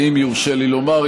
ואם יורשה לי לומר,